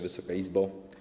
Wysoka Izbo!